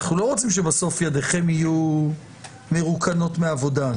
אנחנו לא רוצים שבסוף ידיכם יהיו מרוקנות מעבודה,